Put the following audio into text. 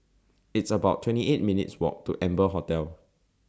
It's about twenty eight minutes' Walk to Amber Hotel